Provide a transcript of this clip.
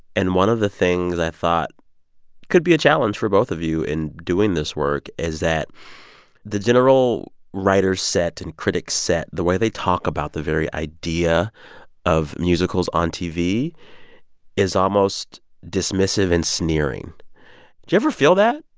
and one of the things i thought could be a challenge for both of you in doing this work is that the general writers set and critics set, the way they talk about the very idea of musicals on tv is almost dismissive and sneering. do you ever feel that?